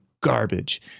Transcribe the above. garbage